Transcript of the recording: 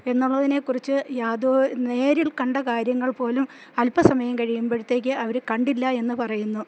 എന്നുള്ളതിനെക്കുറിച്ച് നേരിൽ കണ്ട കാര്യങ്ങൾ പോലും അൽപ്പസമയം കഴിയുമ്പോഴേക്ക് അവര് കണ്ടില്ലെന്ന് പറയുന്നു